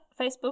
Facebook